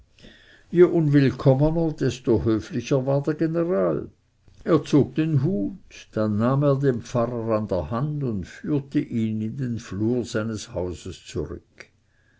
je unwillkommener desto höflicher war der general er zog den hut dann nahm er den pfarrer an der hand und führte ihn in den flur seines hauses zurück